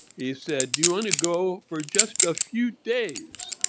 he said, do you want to go for just a few days.